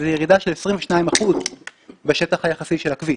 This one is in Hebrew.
שזה ירידה של 22% בשטח היחסי של הכביש.